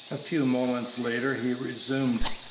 a few moments later he resumed,